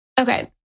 Okay